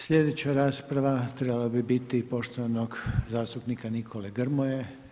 Sljedeća rasprava trebala bi biti poštovanog zastupnika Nikole Grmoje.